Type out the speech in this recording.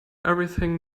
everything